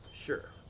Sure